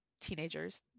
teenagers